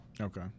Okay